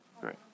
Great